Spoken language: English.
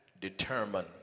determine